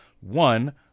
one